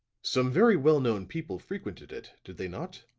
some very well known people frequented it did they not?